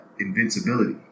invincibility